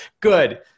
good